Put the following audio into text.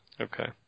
Okay